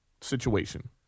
situation